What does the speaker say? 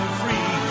free